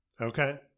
okay